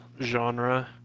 genre